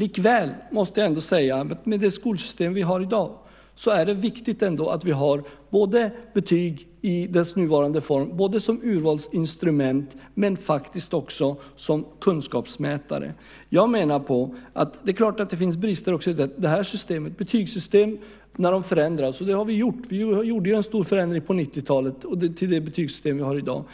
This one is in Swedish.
Jag måste ändå säga att med det skolsystem vi har i dag är det viktigt att vi har betyg i dess nuvarande form, både som urvalsinstrument och som kunskapsmätare. Det finns naturligtvis brister också i det här systemet. Vi gjorde en stor förändring på 90-talet till det betygssystem vi har i dag.